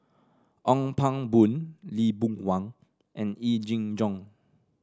Ong Pang Boon Lee Boon Wang and Yee Jenn Jong